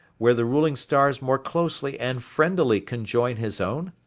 where the ruling stars more closely and friendlily conjoin his own?